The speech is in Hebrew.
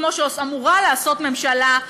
כמו שאמורה לעשות ממשלה,